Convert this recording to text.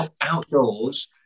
outdoors